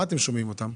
מה אתם שומעים מהם?